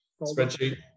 spreadsheet